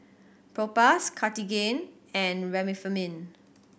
Propass Cartigain and Remifemin